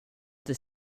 inte